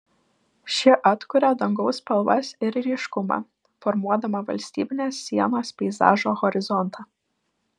ši atkuria dangaus spalvas ir ryškumą formuodama valstybinės sienos peizažo horizontą